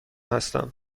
هستم